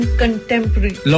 contemporary